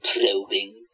probing